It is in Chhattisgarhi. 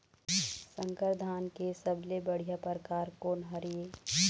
संकर धान के सबले बढ़िया परकार कोन हर ये?